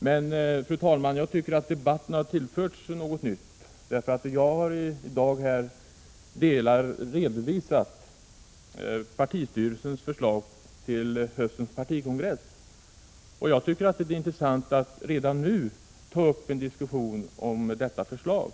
Men, fru talman, jag tycker att debatten har 117 tillförts något nytt, för jag har här i dag redovisat partistyrelsens förslag till höstens partikongress. Jag tycker att det är intressant att redan nu ta upp en diskussion om detta förslag.